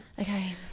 Okay